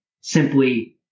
simply